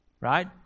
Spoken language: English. right